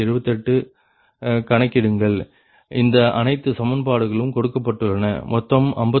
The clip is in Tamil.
78 கணக்கிடுங்கள் இந்த அனைத்து சமன்பாடுகளும் கொடுக்கப்பட்டுள்ளன மொத்தம் 59